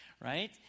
right